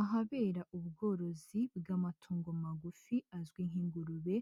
Ahabera ubworozi bw'amatungo magufi azwi nk'ingurube,